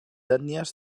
ètnies